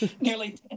nearly